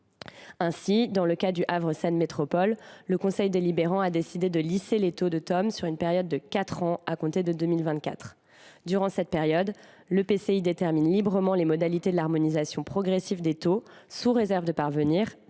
Ainsi, dans le cas du Havre Seine Métropole, le conseil délibérant a décidé de lisser les taux sur une période de quatre ans à compter de 2024. Durant cette période, l’intercommunalité détermine librement les modalités de l’harmonisation progressive des taux sous réserve de parvenir,